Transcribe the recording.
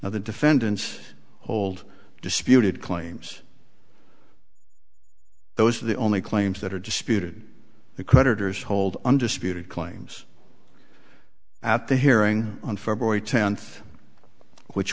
now the defendants hold disputed claims those are the only claims that are disputed the creditors hold undisputed claims at the hearing on february tenth which